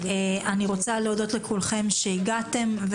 אני רוצה להודות לכולכם שהגעתם.